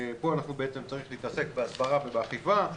פה בעצם צריך להתעסק בהסברה ובאכיפה.